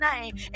name